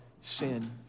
sin